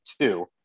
two